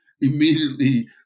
immediately